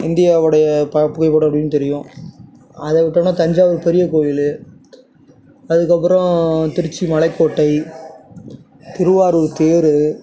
இந்தியாவோடைய popular அப்படினு தெரியும் அதை விட்டோன்னா தஞ்சாவூர் பெரியக் கோவில் அதற்கப்பறம் திருச்சி மலைக்கோட்டை திருவாரூர் தேர்